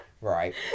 right